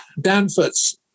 Danforth's